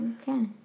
okay